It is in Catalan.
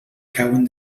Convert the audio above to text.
cauen